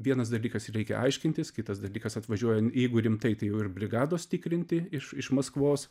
vienas dalykas reikia aiškintis kitas dalykas atvažiuojan jeigu rimtai tai jau ir brigados tikrinti iš iš maskvos